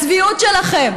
הצביעות שלכם,